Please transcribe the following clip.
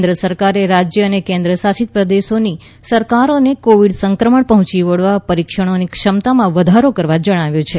કેન્દ્ર સરકારે રાજ્ય અને કેન્દ્રશાસિત પ્રદેશોની સરકારોને કોવિડ સંક્રમણ પહોંચી વળવા પરીક્ષણની ક્ષમતામાં વધારો કરવા જણાવ્યું છે